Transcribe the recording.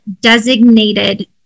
designated